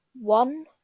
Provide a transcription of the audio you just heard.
one